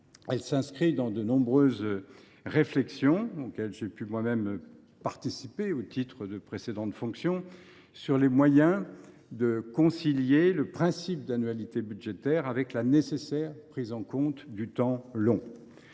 Elle figure dans de nombreuses réflexions, auxquelles j’ai pu moi même participer au titre de précédentes fonctions, sur les moyens de concilier le principe d’annualité budgétaire avec la nécessaire prise en compte du temps long.